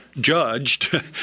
judged